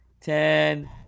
ten